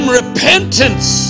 repentance